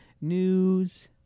news